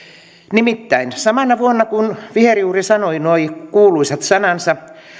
nimittäin samana vuonna kun viherjuuri sanoi nuo kuuluisat sanansa